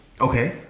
Okay